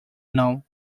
now